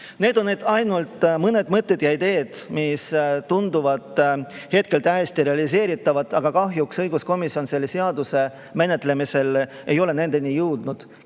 Need on ainult mõned mõtted ja ideed, mis tunduvad hetkel täiesti realiseeritavad, aga kahjuks õiguskomisjon selle seaduse menetlemisel ei ole nendeni jõudnud.